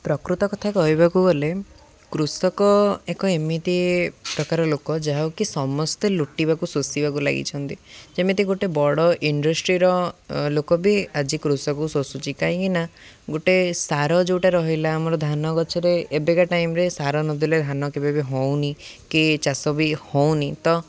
ପ୍ରକୃତ କଥା କହିବାକୁ ଗଲେ କୃଷକ ଏକ ଏମିତି ପ୍ରକାର ଲୋକ ଯାହାକି ସମସ୍ତେ ଲୁଟିବାକୁ ଶୋଷିବାକୁ ଲାଗିଛନ୍ତି ଯେମିତି ଗୋଟେ ବଡ଼ ଇଣ୍ଡଷ୍ଟ୍ରିର ଲୋକ ବି ଆଜି କୃଷକ ଶୋଷୁଛି କାହିଁକିନା ଗୋଟେ ସାର ଯୋଉଟା ରହିଲା ଆମର ଧାନ ଗଛରେ ଏବେକା ଟାଇମରେ ସାର ନଦେଲେ ଧାନ କେବେ ବି ହେଉନି କି ଚାଷ ବି ହେଉନି ତ